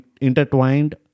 intertwined